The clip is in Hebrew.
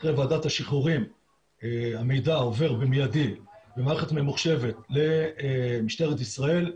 אחרי ועדת השחרורים המידע עובד במידי במערכת ממוחשבת למשטרה ישראל,